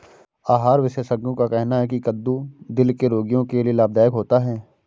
आहार विशेषज्ञों का कहना है की कद्दू दिल के रोगियों के लिए लाभदायक होता है